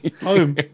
Home